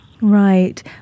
Right